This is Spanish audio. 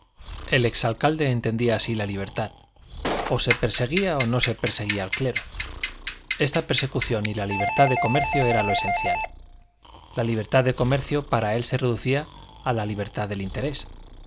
el ex alcalde entendía así la libertad o se perseguía o no se perseguía al clero esta persecución y la libertad de comercio era lo esencial la libertad de comercio para él se reducía a la libertad del interés